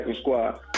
squad